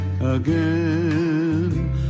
again